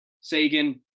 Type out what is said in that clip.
Sagan